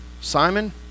Simon